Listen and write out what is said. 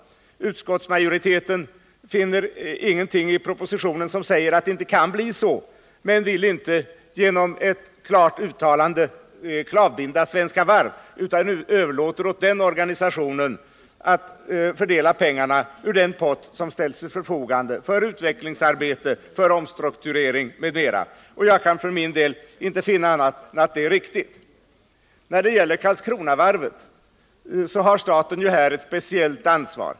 Utskottsmajoriteten finner ingenting i propositionen som säger att det inte kan bli si eller så, men vill inte genom ett klart uttalande klavbinda Svenska Varv utan överlåter åt denna organisation att fördela pengarna i den pott som ställs till förfogande för utvecklingsarbete, omstrukturering m.m. Jag kan för min del inte finna annat än att detta är riktigt. När det gäller Karlskronavarvet har staten ett speciellt ansvar.